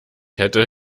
hätte